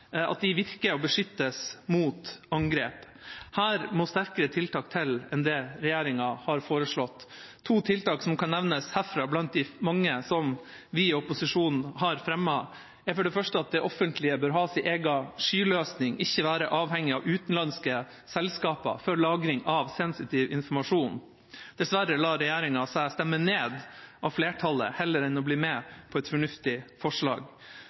virker og beskyttes mot angrep. Her må sterkere tiltak til enn det regjeringa har foreslått. To tiltak som kan nevnes herfra blant de mange som vi i opposisjonen har fremmet, er for det første at det offentlige bør ha sin egen skyløsning og ikke være avhengig av utenlandske selskaper for lagring av sensitiv informasjon. Dessverre lar regjeringspartiene seg stemme ned av flertallet heller enn å bli med på et fornuftig forslag.